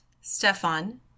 Stefan